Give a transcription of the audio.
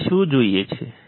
આપણે શું જોઈએ છે